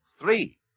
Three